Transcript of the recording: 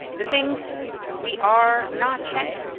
the things we are not checking.